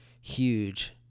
huge